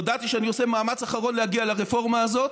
הודעתי שאני עושה מאמץ אחרון להגיע לרפורמה הזאת,